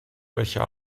welcher